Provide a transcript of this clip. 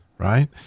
Right